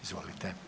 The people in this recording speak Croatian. Izvolite.